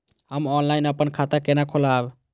हम ऑनलाइन अपन खाता केना खोलाब?